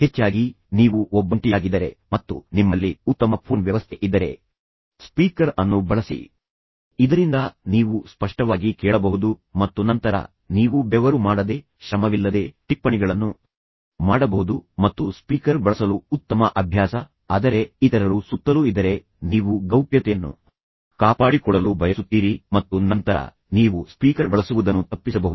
ಹೆಚ್ಚಾಗಿ ನೀವು ಒಬ್ಬಂಟಿಯಾಗಿದ್ದರೆ ಮತ್ತು ನಿಮ್ಮಲ್ಲಿ ಉತ್ತಮ ಫೋನ್ ವ್ಯವಸ್ಥೆ ಇದ್ದರೆ ಸ್ಪೀಕರ್ ಅನ್ನು ಬಳಸಿ ಇದರಿಂದ ನೀವು ಸ್ಪಷ್ಟವಾಗಿ ಕೇಳಬಹುದು ಮತ್ತು ನಂತರ ನೀವು ಬೆವರು ಮಾಡದೆ ಶ್ರಮವಿಲ್ಲದೆ ಟಿಪ್ಪಣಿಗಳನ್ನು ಮಾಡಬಹುದು ಮತ್ತು ಅದು ಸ್ಪೀಕರ್ ಅನ್ನು ಬಳಸಲು ಉತ್ತಮ ಅಭ್ಯಾಸ ಆದರೆ ಇತರರು ಸುತ್ತಲೂ ಇದ್ದರೆ ನೀವು ಗೌಪ್ಯತೆಯನ್ನು ಕಾಪಾಡಿಕೊಳ್ಳಲು ಬಯಸುತ್ತೀರಿ ಮತ್ತು ನಂತರ ನೀವು ಸ್ಪೀಕರ್ ಬಳಸುವುದನ್ನು ತಪ್ಪಿಸಬಹುದು